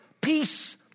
peace